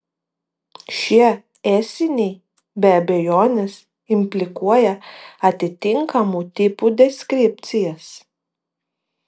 šie esiniai be abejonės implikuoja atitinkamų tipų deskripcijas